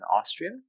Austria